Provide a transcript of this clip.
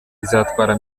izatwara